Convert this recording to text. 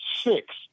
six